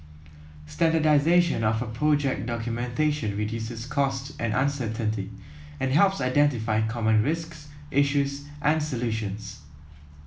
standardisation of project documentation reduces cost and uncertainty and helps identify common risks issues and solutions